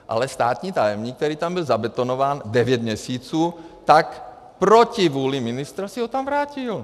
Ale státní tajemník, který tam byl zabetonován devět měsíců, tak proti vůli ministra si ho tam vrátil.